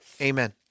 Amen